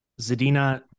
Zadina